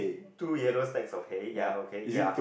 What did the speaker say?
two yellow stacks of hay ya okay ya